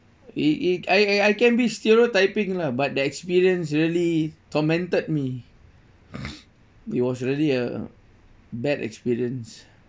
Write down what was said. it it I I I can be stereotyping lah but the experience really tormented me it was really a bad experience